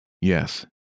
Yes